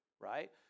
right